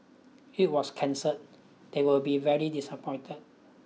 it was cancelled they would be very disappointed